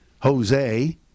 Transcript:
Jose